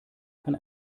kann